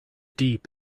deep